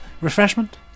Refreshment